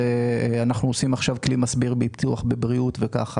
אנחנו עושים עכשיו כלי מסביר ביטוח בבריאות וכך הלאה.